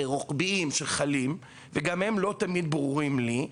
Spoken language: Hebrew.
רוחביים שחלים וגם הם לא תמיד ברורים לי.